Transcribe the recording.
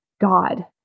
God